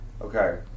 Okay